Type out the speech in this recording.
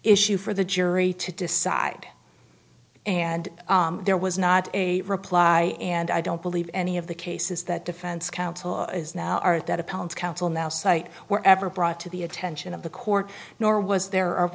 issue for the jury to decide and there was not a reply and i don't believe any of the cases that defense counsel is now are that appellant's counsel now cite were ever brought to the attention of the court nor was there o